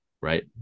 right